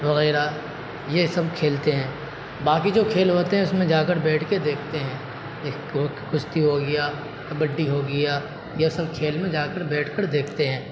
وغیرہ یہ سب کھیلتے ہیں باقی جو کھیل ہوتے ہیں اس میں جا کر بیٹھ کے دیکھتے ہیں کشتی ہوگیا کبڈی ہوگیا یہ سب کھیل میں جا کر بیٹھ کر دیکھتے ہیں